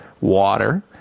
water